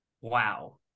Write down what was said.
Wow